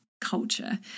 culture